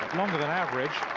longer than average.